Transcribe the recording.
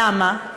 למה?